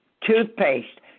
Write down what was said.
toothpaste